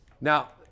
now